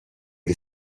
che